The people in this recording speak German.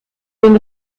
den